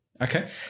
Okay